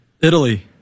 Italy